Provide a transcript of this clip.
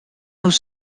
nous